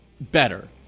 Better